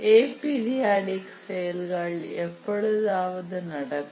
aperiodic செயல்கள் எப்பொழுதாவது நடக்கும்